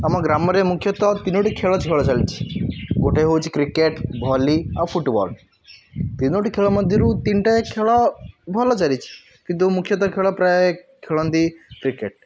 ଆମ ଗ୍ରାମରେ ମୁଖ୍ୟତଃ ତିନୋଟି ଖେଳ ଝଗଡ଼ା ଚାଲିଛି ଗୋଟେ ହେଉଛି କ୍ରିକେଟ୍ ଭଲି ଆଉ ଫୁଟ୍ବଲ୍ ତିନୋଟି ଖେଳ ମଧ୍ୟରୁ ତିନିଟା ଜାକ ଖେଳ ଭଲ ଚାଲିଛି କିନ୍ତୁ ମୁଖ୍ୟତଃ ଖେଳ ପ୍ରାୟ ଖେଳନ୍ତି କ୍ରିକେଟ୍